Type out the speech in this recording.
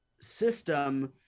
system